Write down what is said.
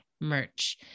merch